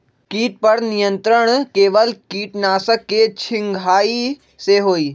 किट पर नियंत्रण केवल किटनाशक के छिंगहाई से होल?